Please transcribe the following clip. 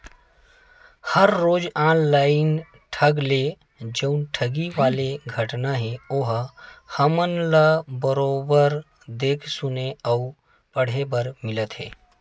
हर रोज ऑनलाइन ढंग ले जउन ठगी वाले घटना हे ओहा हमन ल बरोबर देख सुने अउ पड़हे बर मिलत हे